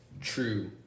true